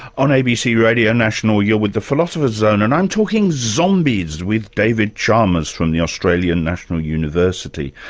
on abc radio national, you're with the philosopher's zone and i'm talking zombies with david chalmers from the australian national university.